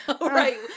Right